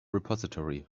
repository